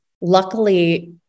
luckily